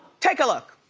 take a look.